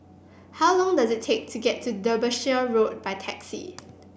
how long does it take to get to Derbyshire Road by taxi